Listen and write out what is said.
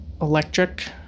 electric